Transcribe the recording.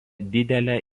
didelę